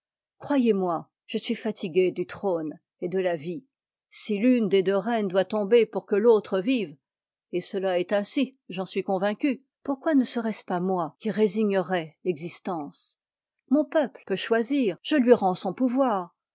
croyez-moi je suis fatiguée du trône et de là vie si l'une des deux reines doit toma ber pour que l'autre vive et cela est ainsi j'en suis convaincue pourquoi ne serait-ce pas moi qui résignerais l'existence mon peuple peut choisir je lui rends son pouvoir